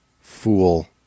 fool